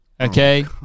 Okay